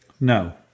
No